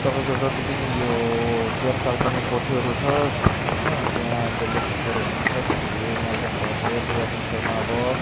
तपाईँको जति पनि यो गैरकाल्पनिक कोठीहरू छ होइन त्यहाँको लेखकहरू हुन्छ तपाईँको यो मेलकम ग्ल्याडवेल रबिन सर्मा भयो